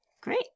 Great